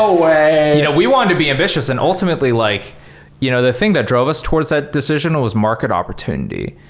no way! we want to be ambitious, and ultimately like you know the thing that drove us towards that decision was market opportunity.